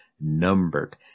numbered